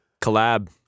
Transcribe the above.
Collab